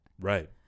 Right